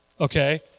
Okay